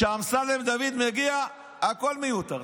כשאמסלם דוד מגיע, הכול מיותר.